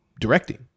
directing